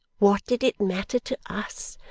what did it matter to us,